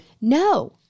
no